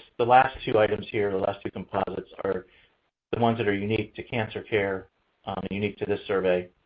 the last two items here, the last two composites, are the ones that're unique to cancer care and unique to this survey.